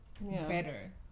better